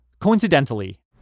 coincidentally